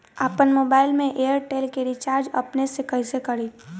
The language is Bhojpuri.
आपन मोबाइल में एयरटेल के रिचार्ज अपने से कइसे करि?